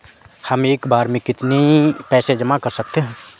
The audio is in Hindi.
हम एक बार में कितनी पैसे जमा कर सकते हैं?